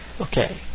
Okay